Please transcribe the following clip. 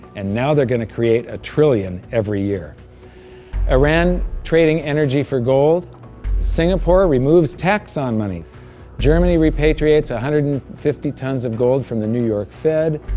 and now they're going to create a trillion every year iran trading energy for gold singapore removes tax on money germany repatriates one ah hundred and fifty tons of gold from the new york fed.